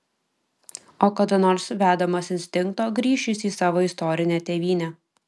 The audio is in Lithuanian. o kada nors vedamas instinkto grįš jis į savo istorinę tėvynę